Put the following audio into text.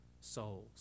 souls